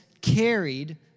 carried